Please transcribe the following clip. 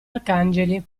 arcangeli